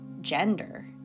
gender